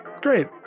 Great